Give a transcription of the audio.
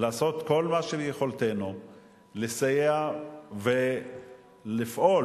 לעשות כל מה שביכולתנו לסייע ולפעול,